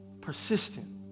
persistent